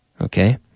Okay